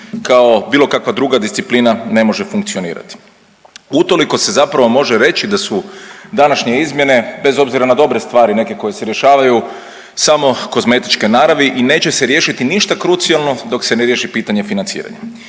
kao bilo kakva druga disciplina ne može funkcionirati. Utoliko se zapravo može reći da su današnje izmjene, bez obzira na dobre stvari neke koje se rješavaju, samo kozmetičke naravi i neće se riješiti ništa krucijalno dok se ne riješi pitanje financiranja.